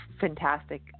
fantastic